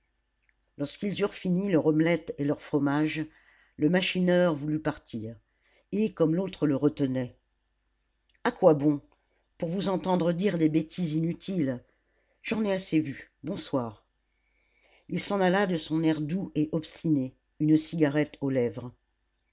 lorsqu'ils eurent fini leur omelette et leur fromage le machineur voulut partir et comme l'autre le retenait a quoi bon pour vous entendre dire des bêtises inutiles j'en ai assez vu bonsoir il s'en alla de son air doux et obstiné une cigarette aux lèvres